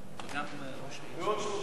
בעוד שלושה.